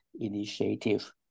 initiative